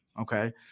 Okay